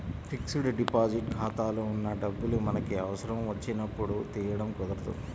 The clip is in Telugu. ఫిక్స్డ్ డిపాజిట్ ఖాతాలో ఉన్న డబ్బులు మనకి అవసరం వచ్చినప్పుడు తీయడం కుదరదు